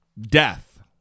death